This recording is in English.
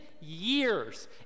years